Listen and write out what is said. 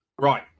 Right